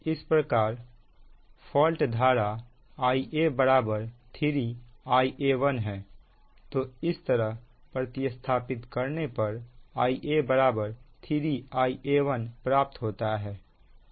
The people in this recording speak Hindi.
इस प्रकार फॉल्ट धारा Ia बराबर 3 Ia1 है तो इस तरह प्रति स्थापित करने पर Ia 3 Ia1प्राप्त होता है